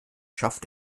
schafft